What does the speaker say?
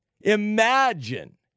imagine